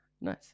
Nice